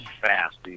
fast